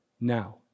Now